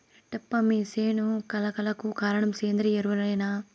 రెడ్డప్ప మీ సేను కళ కళకు కారణం సేంద్రీయ ఎరువులేనా